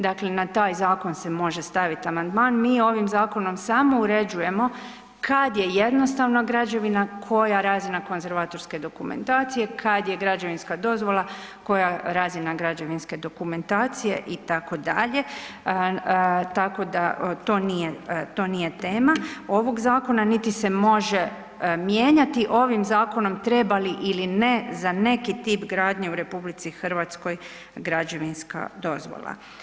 Dakle, na taj zakon se može staviti amandman, mi ovim zakonom samo uređujemo kad je jednostavna građevina, koja razina konzervatorske dokumentacije, kad je građevinska dozvola, koja razina građevinske dokumentacije itd., tako da to nije tema ovog zakona niti se može mijenjati ovim zakonom treba li ili ne za neki tip gradnje u RH građevinska dozvola.